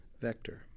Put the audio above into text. vector